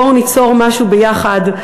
בואו ניצור משהו ביחד,